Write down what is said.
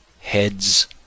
heads